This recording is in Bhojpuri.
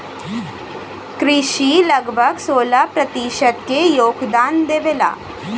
कृषि लगभग सोलह प्रतिशत क योगदान देवेला